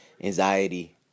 anxiety